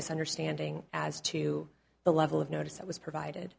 misunderstanding as to the level of notice that was provided